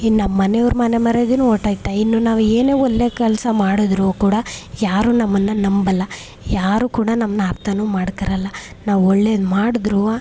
ಇನ್ನು ಮನೆಯವ್ರ ಮಾನ ಮರ್ಯಾದೆನು ಹೊರ್ಟೋಯ್ತೆ ಇನ್ನು ನಾವು ಏನು ಒಳ್ಳೆ ಕೆಲಸ ಮಾಡಿದರೂ ಕೂಡ ಯಾರು ನಮ್ಮನ್ನು ನಂಬಲ್ಲ ಯಾರು ಕೂಡ ನಮ್ಮನ್ನು ಅರ್ಥನೂ ಮಾಡ್ಕರಲ್ಲ ನಾವು ಒಳ್ಳೇದು ಮಾಡ್ದ್ರು